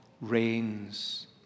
reigns